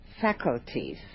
faculties